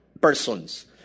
persons